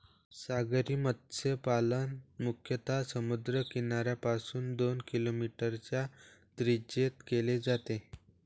सागरी मत्स्यपालन मुख्यतः समुद्र किनाऱ्यापासून दोन किलोमीटरच्या त्रिज्येत केले जाते